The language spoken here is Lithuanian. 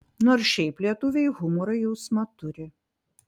nors šiaip lietuviai humoro jausmą turi